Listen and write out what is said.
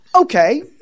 Okay